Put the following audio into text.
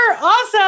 awesome